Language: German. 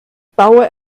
baue